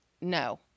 No